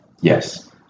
Yes